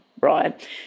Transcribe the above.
Right